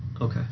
Okay